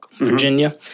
Virginia